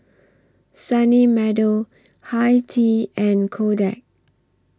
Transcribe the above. Sunny Meadow Hi Tea and Kodak